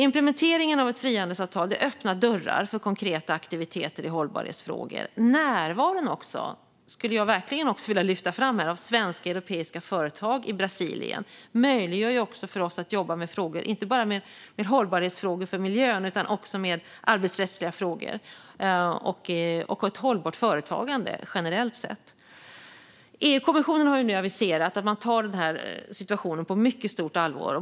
Implementeringen av ett frihandelsavtal öppnar alltså dörrar för konkreta aktiviteter i hållbarhetsfrågor. Jag skulle också vilja lyfta fram att närvaron av svenska och europeiska företag i Brasilien möjliggör för oss att jobba med inte bara hållbarhetsfrågor för miljön utan också med arbetsrättsliga frågor och ett hållbart företagande generellt sett. EU-kommissionen har nu aviserat att man tar denna situation på mycket stort allvar.